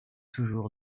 toujours